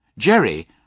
Jerry